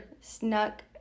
snuck